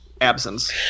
absence